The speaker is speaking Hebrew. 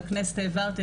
לכנסת העברתי,